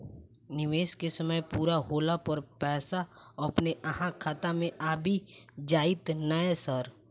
निवेश केँ समय पूरा होला पर पैसा अपने अहाँ खाता मे आबि जाइत नै सर?